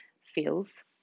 feels